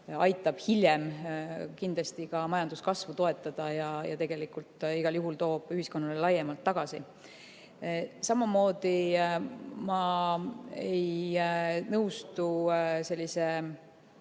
aitab hiljem kindlasti ka majanduskasvu toetada ja tegelikult igal juhul toob ühiskonnale laiemalt tagasi. Samamoodi ma ei nõustu seda